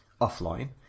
Offline